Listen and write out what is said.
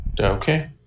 Okay